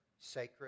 sacred